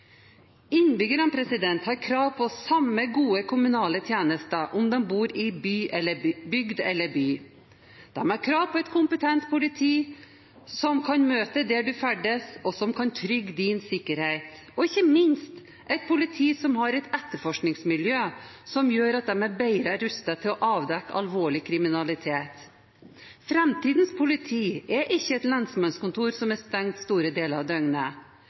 Innbyggerne har krav på samme gode kommunale tjenester om de bor i bygd eller by. De har krav på et kompetent politi som kan møte deg der du ferdes, og som kan trygge din sikkerhet, og ikke minst et politi som har et etterforskningsmiljø som gjør at de er bedre rustet til å avdekke alvorlig kriminalitet. Framtidens politi er ikke et lensmannskontor som er stengt store deler av døgnet.